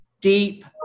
deep